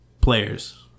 players